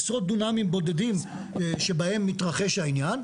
עשרות דונמים בודדים שבהם מתרחש העניין.